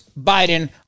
Biden